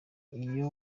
iyo